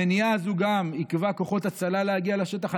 המניעה הזו עיכבה גם כוחות הצלה מלהגיע לשטח.